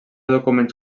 documents